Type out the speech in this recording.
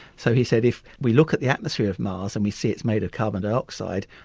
so he said if we look at the atmosphere of mars and we see it's made of carbon dioxide,